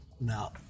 No